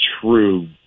true